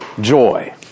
joy